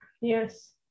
yes